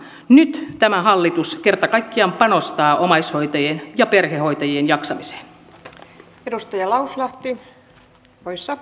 nyt tämä hallitus kerta kaikkiaan panostaa omaishoitajien ja perhehoitajien jaksamiseen